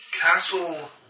castle